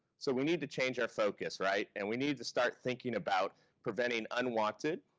so we need to change our focus, right? and we need to start thinking about preventing unwanted,